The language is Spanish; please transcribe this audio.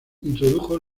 introdujo